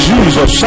Jesus